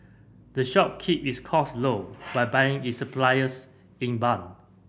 the shop keeps its cost low by buying its suppliers in bulk